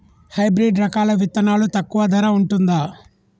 Hybrid రకాల విత్తనాలు తక్కువ ధర ఉంటుందా?